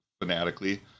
fanatically